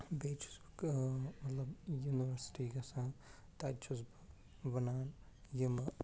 بیٚیہِ چھُس مطلب یِم یونورسٹی گَژھان تَتہِ چھُس بہٕ وَنان یِمہٕ